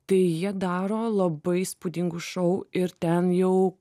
tai jie daro labai įspūdingus šou ir ten jau